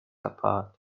apart